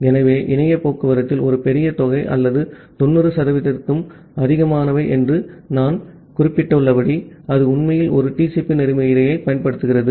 ஆகவே இணைய டிரான்ஸ்போர்ட் ஒரு பெரிய தொகை அல்லது 90 சதவீதத்திற்கும் அதிகமானவை என்று நான் குறிப்பிட்டுள்ளபடி அது உண்மையில் ஒரு TCP புரோட்டோகால்யைப் பயன்படுத்துகிறது